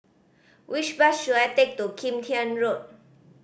which bus should I take to Kim Tian Road